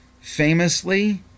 famously